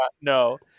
No